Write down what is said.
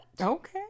okay